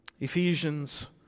Ephesians